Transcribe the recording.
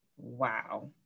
wow